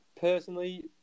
personally